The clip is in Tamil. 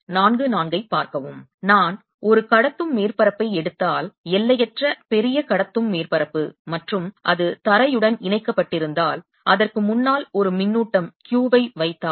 நான் ஒரு கடத்தும் மேற்பரப்பை எடுத்தால் எல்லையற்ற பெரிய கடத்தும் மேற்பரப்பு மற்றும் அது தரையுடன் இணைக்கப்பட்டிருந்தால் அதற்கு முன்னால் ஒரு மின்னூட்டம் Q வை வைத்தால்